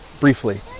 briefly